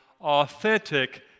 authentic